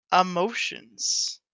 emotions